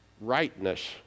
rightness